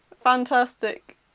fantastic